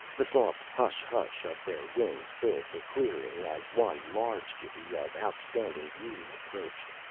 the soft hush-hush of their wings filled the clearing as one large gibi of outstanding beauty approached.